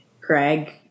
Craig